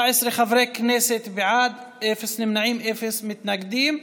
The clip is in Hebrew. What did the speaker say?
17 חברי כנסת בעד, אין נמנעים, אין מתנגדים.